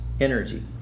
energy